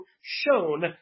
shown